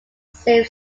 save